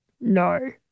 No